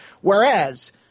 Whereas